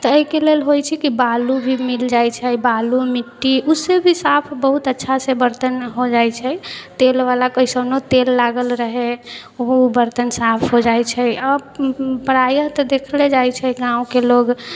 तऽ एहिके लेल होइ छै कि बालू भी मिल जाइ छै बालू मिट्टी उसे भी साफ बहुत अच्छासँ बरतन हो जाइ छै तेलवला कइसनो तेल लागल रहै ओ बरतन साफ हो जाइ छै अब प्रायः तऽ देखलऽ जाइ छै कि गाँवके लोक